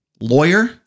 Lawyer